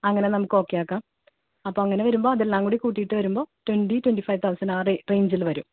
അങ്ങനെ നമുക്ക് ഓക്കെ ആക്കാം അപ്പം അങ്ങനെ വരുമ്പോൾ അതെല്ലാം കൂട്ടിയിട്ട് വരുമ്പോൾ ട്വൻ്റി ട്വൻ്റി ഫൈവ് തൗസൻ്റ് ആ റേഞ്ചിൽ വരും